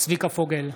צביקה פוגל,